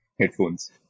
headphones